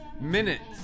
minutes